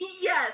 yes